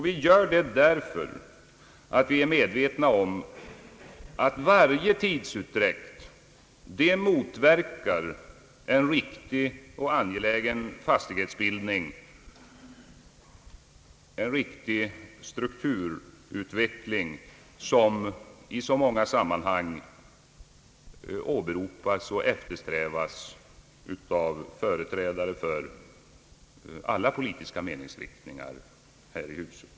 Vi gör det därför att vi är medvetna om att varje tidsutdräkt motverkar en riktig och angelägen fastighetsbildning, en riktig strukturutveckling, som i så många andra sammanhang åberopas och eftersträvas av företrädare för alla politiska meningsriktningar här i huset.